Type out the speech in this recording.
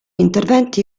interventi